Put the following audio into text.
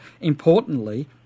importantly